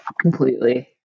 completely